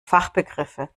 fachbegriffe